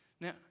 Now